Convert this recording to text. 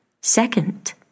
Second